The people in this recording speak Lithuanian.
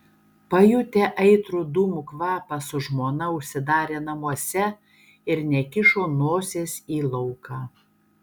pajutę aitrų dūmų kvapą su žmona užsidarė namuose ir nekišo nosies į lauką